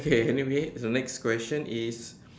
okay anyway the next question is